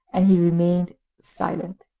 and he remained silent.